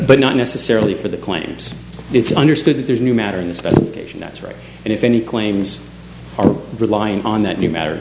but not necessarily for the claims it's understood that there's new matter in this case that's right and if any claims are reliant on that new matter